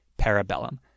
Parabellum